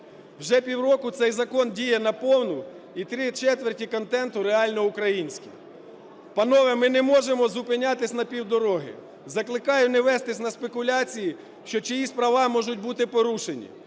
Вже півроку цей закон діє на повну, і три четверті контенту реально українські. Панове, ми не можемо зупинятися на півдороги. Закликаю не вестись на спекуляції, що чиїсь права можуть бути порушені.